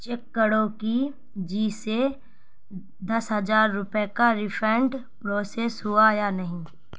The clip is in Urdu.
چیک کرو کہ جی سے دس ہزار روپے کا ریفنڈ پروسیس ہوا یا نہیں